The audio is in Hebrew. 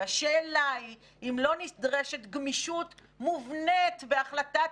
והשאלה היא אם לא נדרשת גמישות מובנית בהחלטת